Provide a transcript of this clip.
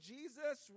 Jesus